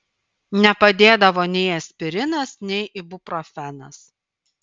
nepadėdavo nei aspirinas nei ibuprofenas